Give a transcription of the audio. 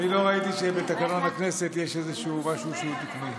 אני לא ראיתי שבתקנון הכנסת יש איזשהו משהו שהוא תקני.